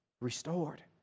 restored